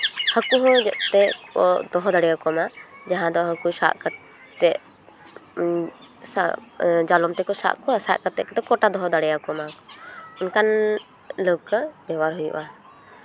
ᱦᱟᱹᱠᱩ ᱦᱚᱸ ᱡᱟᱛᱮ ᱠᱚ ᱫᱚᱦᱚ ᱫᱟᱲᱮᱭᱟᱠᱚ ᱢᱟ ᱡᱟᱦᱟᱸ ᱫᱚ ᱦᱟᱹᱠᱩ ᱥᱟᱵ ᱠᱟᱛᱮᱜ ᱥᱟᱵ ᱡᱟᱞᱚᱢ ᱛᱮᱠᱚ ᱥᱟᱵ ᱠᱚᱣᱟ ᱥᱟᱵ ᱠᱟᱛᱮᱜ ᱠᱚ ᱠᱚᱴᱟ ᱫᱚᱦᱚ ᱫᱟᱲᱮᱣᱟᱠᱚ ᱢᱟ ᱚᱱᱠᱟᱱ ᱞᱟᱹᱣᱠᱟᱹ ᱵᱮᱣᱦᱟᱨ ᱦᱩᱭᱩᱜᱼᱟ